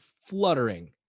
fluttering